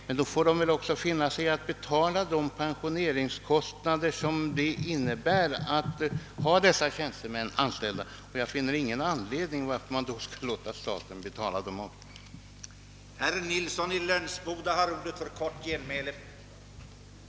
Men då får de också finna sig i att betala pensioneringskostnaderna för dessa tjänstemän, och jag finner ingen anledning att låta staten betala dessa avgifter.